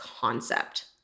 concept